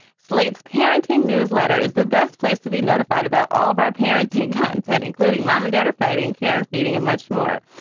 slate's parenting newsletter is the best place to be notified about all of our parenting content, including mom and dad or fighting care and feeding them much more.